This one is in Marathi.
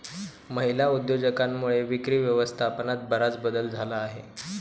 महिला उद्योजकांमुळे विक्री व्यवस्थापनात बराच बदल झाला आहे